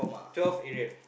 twelve Arial